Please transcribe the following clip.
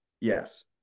yes